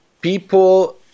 people